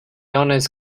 honors